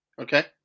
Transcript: Okay